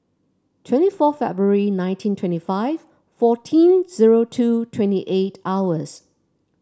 twenty four February nineteen twenty five fourteen zero two twenty eight hours